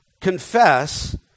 confess